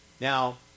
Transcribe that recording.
Now